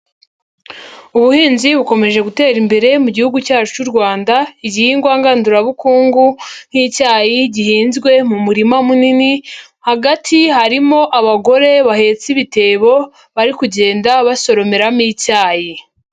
Ubuhinzi bukomeje gutera imbere mu gihugu cyacu cy'u Rwanda, igihingwa ngandurabukungu nk'icyayi gihinzwe mu murima munini, hagati harimo abagore bahetse ibitebo, bari kugenda basoromeramo icyayi.